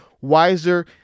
wiser